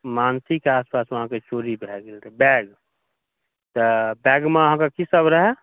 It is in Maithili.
मानसीके आसपास अहाँके चोरी भय गेल रहय बैग तऽ बैगमे अहाँके की सभ रहय